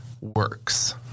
works